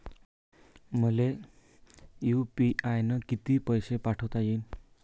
मले यू.पी.आय न किती पैसा पाठवता येईन?